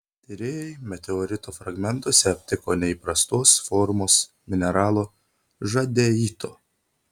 tyrėjai meteorito fragmentuose aptiko neįprastos formos mineralo žadeito